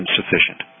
sufficient